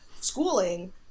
schooling